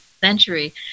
century